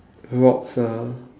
rocks ah